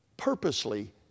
Purposely